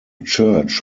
church